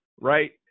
Right